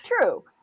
true